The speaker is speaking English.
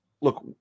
look